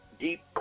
deep